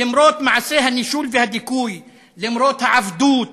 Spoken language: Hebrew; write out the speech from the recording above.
למרות מעשי הנישול והדיכוי, למרות העבדות,